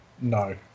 No